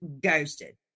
ghosted